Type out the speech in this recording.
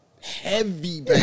heavy